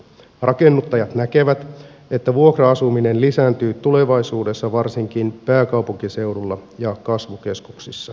rakennuttajat näkevät että vuokra asuminen lisääntyy tulevaisuudessa varsinkin pääkaupunkiseudulla ja kasvukeskuksissa